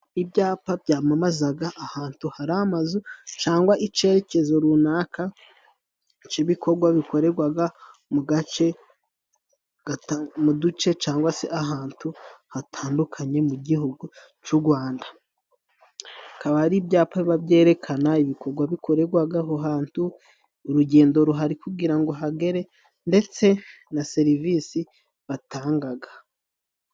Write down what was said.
Ibyapa byamamaza ahantu hari amazu, cyangwa icyerekezo runaka cy'ibikorwa bikorerwa mu gace, mu duce, cyangwa se ahantu hatandukanye mu gihugu cy'u Rwandaba. Akaba ari ibyapa byerekana korwakorerwa hantu, urugendo ruhari kugira ngo uhagere, ndetse na serivisi batanga.